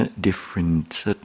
different